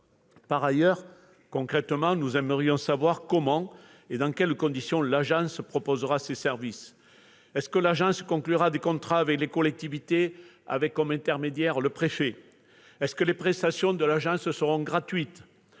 Par ailleurs, concrètement, nous aimerions savoir comment et dans quelles conditions l'agence proposera ses services. Conclura-t-elle des contrats avec les collectivités, avec comme intermédiaire le préfet ? Ses prestations seront-elles gratuites ?